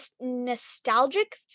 nostalgic